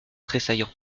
tressaillant